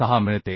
06 मिळते